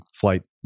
flight